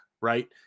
right